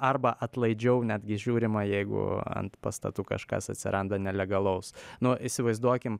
arba atlaidžiau netgi žiūrima jeigu ant pastatų kažkas atsiranda nelegalaus nu įsivaizduokim